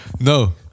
No